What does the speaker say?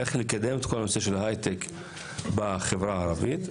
איך לקדם את כל הנושא של ההייטק בחברה הערבית?